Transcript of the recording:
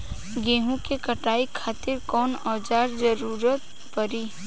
गेहूं के कटाई खातिर कौन औजार के जरूरत परी?